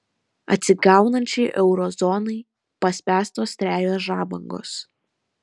atsigaunančiai euro zonai paspęstos trejos žabangos